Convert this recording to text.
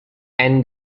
and